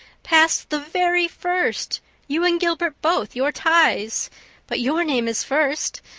passed the very first you and gilbert both you're ties but your name is first.